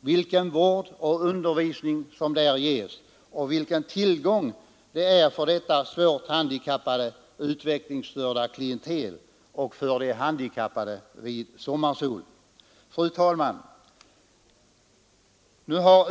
vilken vård och undervisning som där ges och vilken tillgång KVS är för dessa svårt handikappade, utvecklingsstörda klientel och för de handikappades Sommarsol. Fru talman!